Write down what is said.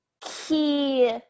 key